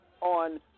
on